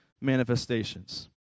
manifestations